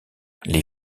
les